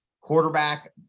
Quarterback